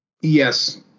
Yes